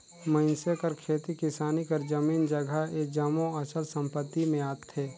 मइनसे कर खेती किसानी कर जमीन जगहा ए जम्मो अचल संपत्ति में आथे